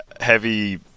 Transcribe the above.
heavy